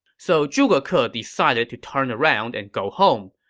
so zhuge ke ah decided to turn around and go home,